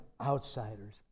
outsiders